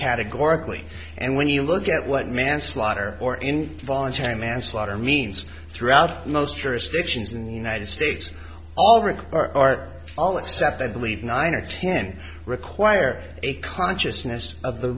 categorically and when you look at what manslaughter or involuntary manslaughter means throughout most jurisdictions in the united states all require or all except i believe nine or ten require a consciousness of the